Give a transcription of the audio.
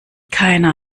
keiner